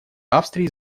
австрии